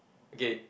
okay